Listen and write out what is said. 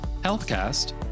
HealthCast